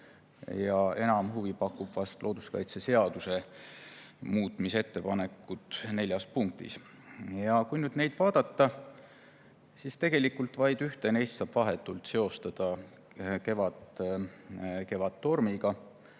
Enam huvi pakuvad vast looduskaitseseaduse muutmise ettepanekud neljas punktis. Kui neid vaadata, siis on näha, et tegelikult vaid ühte neist saab vahetult seostada Kevadtormiga.